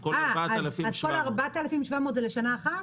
21-22. אז כל ה-4,700 זה לשנה אחת?